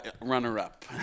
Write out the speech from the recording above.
runner-up